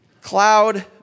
cloud